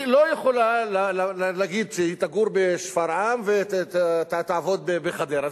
היא לא יכולה להגיד שהיא תגור בשפרעם ותעבוד בחדרה,